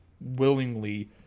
willingly